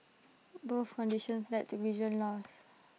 both conditions led to vision loss